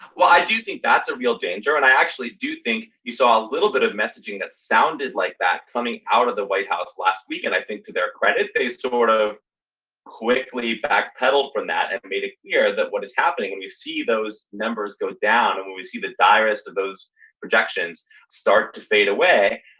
do think that's a real danger. and i actually do think you saw a little bit of messaging that sounded like that coming out of the white house last week. and i think to their credit base to sort of quickly backpedaled from that and made it clear that what is happening and you see those numbers go down and when we see the diarists of those projections start to fade away,